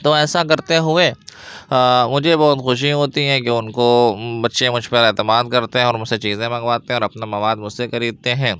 تو ایسا کرتے ہوئے مجھے بہت خوشی ہوتی ہے کہ ان کو بچے مجھ پر اعتماد کرتے ہیں اور مجھ سے چیزیں منگواتے ہیں اور اپنا مواد مجھ سے خریدتے ہیں